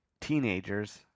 Teenagers